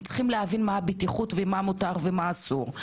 הם צריכים להבין את הבטיחות ומה מותר ומה אסור.